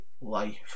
life